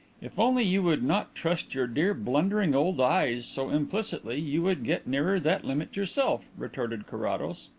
if only you would not trust your dear, blundering old eyes so implicitly you would get nearer that limit yourself, retorted carrados.